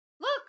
look